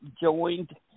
joined